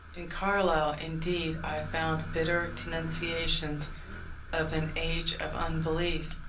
in carlyle, indeed, i found bitter denunciations of an age of unbelief,